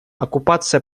оккупация